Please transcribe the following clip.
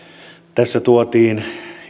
tässä tuotiin